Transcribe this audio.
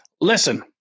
Listen